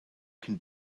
can